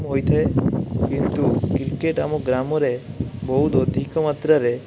ହୋଇଥାଏ କିନ୍ତୁ କ୍ରିକେଟ ଆମ ଗ୍ରାମରେ ବହୁତ ଅଧିକ ମାତ୍ରରେ